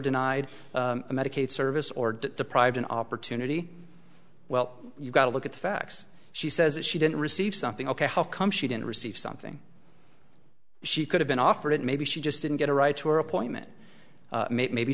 denied medicaid service or deprived an opportunity well you've got to look at the facts she says that she didn't receive something ok how come she didn't receive something she could have been offered it maybe she just didn't get a ride to her appointment made maybe